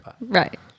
Right